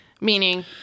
meaning